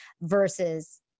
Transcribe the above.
versus